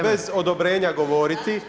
bez odobrenja govoriti